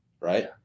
Right